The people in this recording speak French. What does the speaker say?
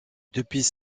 depuis